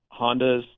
Hondas